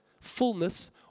fullness